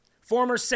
former